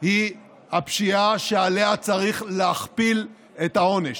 הוא הפשיעה שעליה צריך להכפיל את העונש,